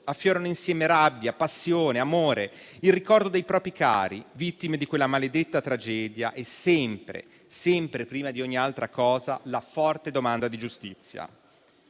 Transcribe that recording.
affiorano insieme rabbia, passione, amore, il ricordo dei propri cari, vittime di quella maledetta tragedia e sempre, prima di ogni altra cosa, la forte domanda di giustizia.